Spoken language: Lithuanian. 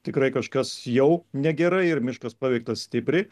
tikrai kažkas jau negerai ir miškas paveiktas stipriai